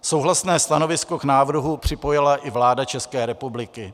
Souhlasné stanovisko k návrhu připojila i vláda České republiky.